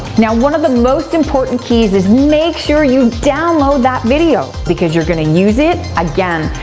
now one of the most important keys is make sure you download that video because you're gonna use it again.